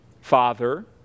Father